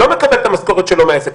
לא מקבל את המשכורת שלו מהעסק,